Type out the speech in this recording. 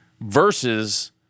versus